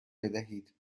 بدهید